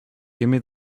gimme